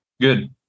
Good